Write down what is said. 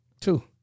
Two